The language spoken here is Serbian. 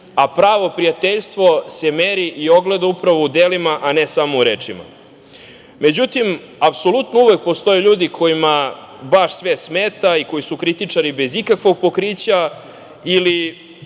A pravo prijateljstvo se meri i ogleda upravo u delima a ne samo u rečima.Međutim, apsolutno uvek postoje ljudi kojima baš sve smeta i koji su kritičari bez ikakvog pokrića ili